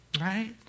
Right